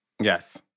Yes